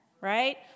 right